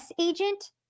agent